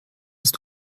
ist